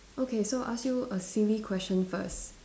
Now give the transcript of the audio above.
okay so I ask you a silly question first